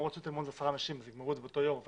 בתל מונד יסיימו באותו יום אבל